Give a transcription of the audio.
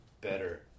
better